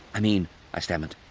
i mean i stammered,